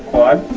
or